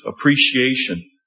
appreciation